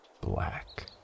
Black